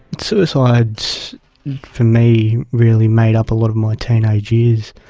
suicide for me really made up a lot of my teenage years.